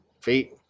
feet